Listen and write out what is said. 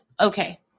Okay